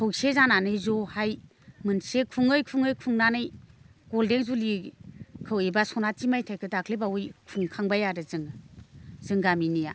खौसे जानानै जयै मोनसे खुङै खुङै खुंनानै ग'लडेन जुबलिखौ एबा सनाथि मायथाइखौ दाख्लैबावै खुंखांबाय आरो जोङो जों गामिनिया